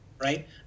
right